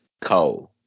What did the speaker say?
Cold